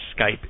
Skype